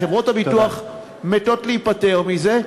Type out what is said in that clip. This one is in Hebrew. חברות הביטוח מתות להיפטר מזה,